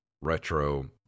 retro